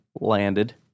landed